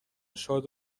شاد